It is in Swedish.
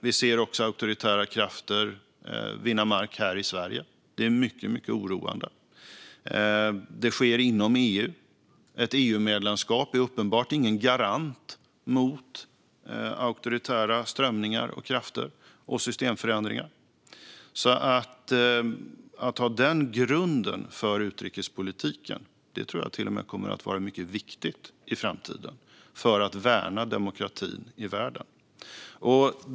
Vi ser också auktoritära krafter vinna mark här i Sverige, vilket är mycket oroande. Detta sker inom EU. Ett EU-medlemskap är uppenbarligen ingen garant mot auktoritära strömningar, krafter och systemförändringar. Att ha den grunden för utrikespolitiken tror jag alltså till och med kommer att vara mycket viktigt i framtiden för att värna demokratin i världen.